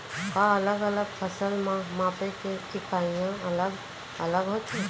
का अलग अलग फसल ला मापे के इकाइयां अलग अलग होथे?